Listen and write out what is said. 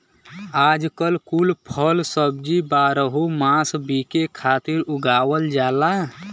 आजकल कुल फल सब्जी बारहो मास बिके खातिर उगावल जाला